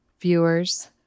viewers